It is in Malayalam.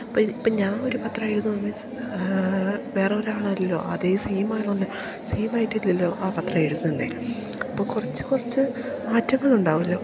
ഇപ്പം ഇപ്പം ഞാൻ ഒരു പത്ര വേറൊരാളല്ലല്ലോ അതേ സെയിം അല്ലല്ലോ സെയിം ആയിട്ടില്ലല്ലോ ആ പത്രം എഴുതുന്നത് അപ്പം കുറച്ച് കുറച്ച് മാറ്റങ്ങളുണ്ടാവുമല്ലോ